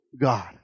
God